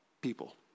people